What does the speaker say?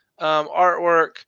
artwork